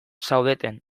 zaudeten